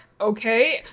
okay